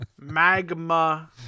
Magma